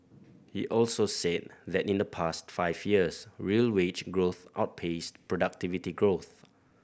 he also said that in the past five years real wage growth outpaced productivity growth